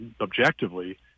objectively